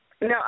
No